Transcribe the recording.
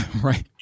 right